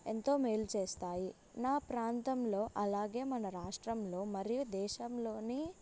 ఎంతో మేలుచేస్తాయి నా ప్రాంతంలో అలాగే మన రాష్ట్రంలో మరియు దేశంలోని